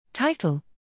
Title